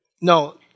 No